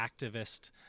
activist